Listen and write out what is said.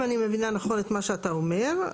אם אני מבינה נכון את מה שאתה אומר,